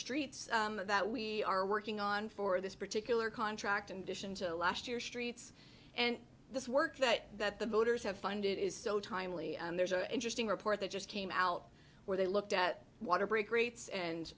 streets that we are working on for this particular contract and last year streets and this work that that the voters have funded is so timely there's an interesting report that just came out where they looked at water break rates and